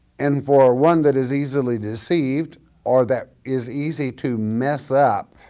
and for one that is easily deceived or that is easy to mess up,